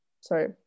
sorry